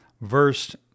verse